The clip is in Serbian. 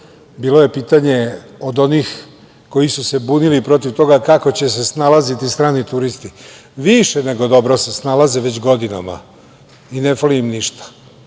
bilo je pitanje od onih koji su se bunili protiv toga kako će se snalaziti strani turisti. Više nego dobro se snalaze već godinama i ne fali im ništa